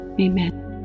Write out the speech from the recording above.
Amen